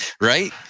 right